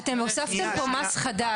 אתם הוספתם פה מס חדש.